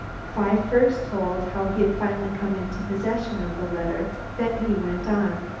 phi first told how he had finally come into possession of the letter, then he went on